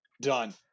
done